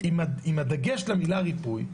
עם הדגש למילה ריפוי,